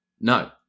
no